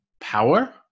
power